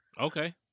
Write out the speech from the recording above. Okay